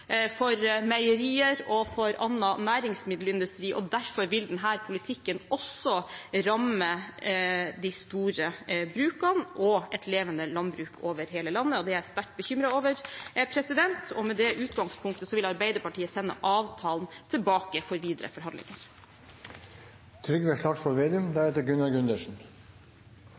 for meierier og for annen næringsmiddelindustri. Derfor vil denne politikken også ramme de store brukene og et levende landbruk over hele landet. Det er jeg sterkt bekymret for, og med det utgangspunktet vil Arbeiderpartiet sende avtalen tilbake for videre